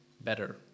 better